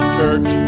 church